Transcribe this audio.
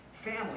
family